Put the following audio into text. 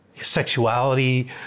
sexuality